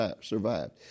survived